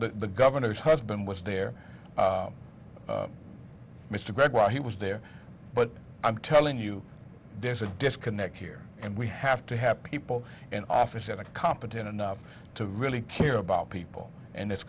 the governor's husband was there mr gregg while he was there but i'm telling you there's a disconnect here and we have to have people in office at a competent enough to really care about people and it's